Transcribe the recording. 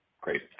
Great